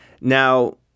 Now